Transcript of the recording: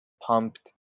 pumped